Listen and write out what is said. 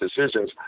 decisions